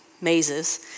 mazes